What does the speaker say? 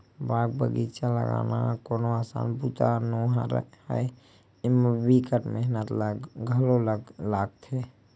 बाग बगिचा लगाना कोनो असान बूता नो हय, एमा बिकट मेहनत घलो लागथे